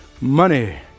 money